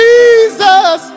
Jesus